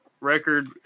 Record